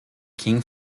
king